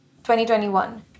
2021